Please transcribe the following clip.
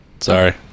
Sorry